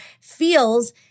feels